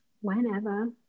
Whenever